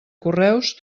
correus